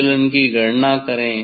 विचलन की गणना करें